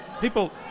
People